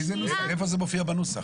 איפה זה מופיע בנוסח?